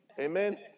Amen